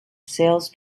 sales